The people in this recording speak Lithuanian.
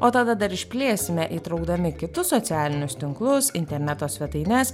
o tada dar išplėsime įtraukdami kitus socialinius tinklus interneto svetaines